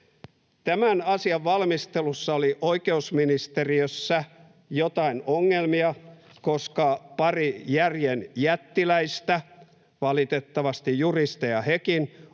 Tämän asian valmistelussa oli oikeusministeriössä joitain ongelmia, koska pari järjen jättiläistä, valitettavasti juristeja hekin,